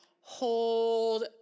Hold